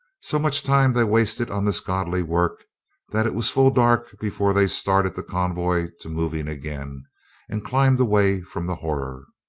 so much time they wasted on this godly work that it was full dark before they started the con voy to moving again and climbed away from the horror.